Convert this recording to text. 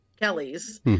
Kelly's